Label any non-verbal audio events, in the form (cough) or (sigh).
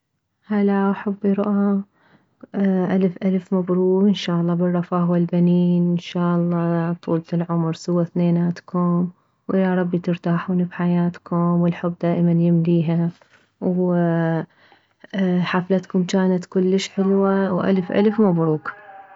هلاو حبي رؤى الف الف ميروك وان شالله بالرفاه والبنين ان شالله طولة العمر سوى ثنيناتكم وياربي ترتاحون بحياتكم والحب دائما يمليها وحفلتكم جانت كلش حلوة (noise) والف الف مبروك